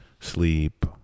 sleep